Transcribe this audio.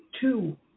two